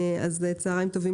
צהריים טובים.